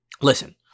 Listen